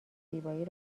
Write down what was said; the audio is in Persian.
زیبایی